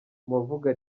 bavuga